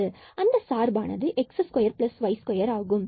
அந்த சார்பானது x2y2 ஆகும்